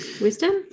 wisdom